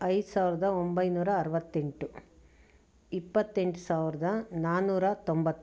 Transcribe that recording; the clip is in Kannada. ಐದು ಸಾವಿರದ ಒಂಬೈನೂರ ಅರವತ್ತೆಂಟು ಇಪತ್ತೆಂಟು ಸಾವಿರದ ನಾನ್ನೂರ ತೊಂಬತ್ತು